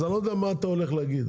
אז אני לא יודע מה אתה הולך להגיד,